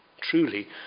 truly